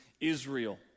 Israel